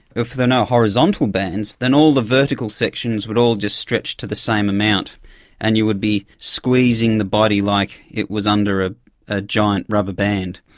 if there were no horizontal bands then all the vertical sections would all just stretch to the same amount and you would be squeezing the body like it was under a a giant rubber band.